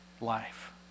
life